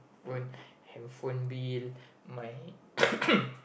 own hand phone bill my